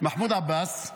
מחמוד עבאס,